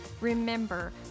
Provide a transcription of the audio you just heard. Remember